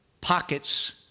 pockets